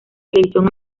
televisión